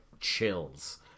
chills